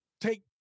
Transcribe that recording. take